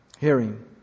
Hearing